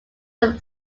some